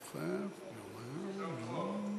ההצעה להעביר את הצעת חוק להבטחת דיור חלופי לתושבי גבעת-עמל,